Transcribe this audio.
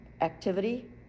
activity